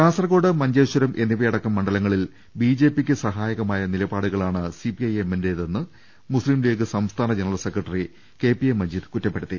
കാസർകോട് മഞ്ചേശ്വരം അടക്കം മണ്ഡലങ്ങളിൽ ബിജെപിക്ക് സഹായകമായ നിലപാടുകളാണ് സിപിഐഎമ്മിന്റെതെന്ന് മുസ്ലിം ലീഗ് സംസ്ഥാന ജനറൽ സ്ക്രെട്ടറി കെപിഎ മജീദ് കുറ്റപ്പെടുത്തി